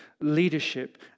leadership